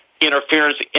interference